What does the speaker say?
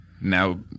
now